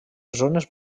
zones